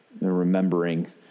remembering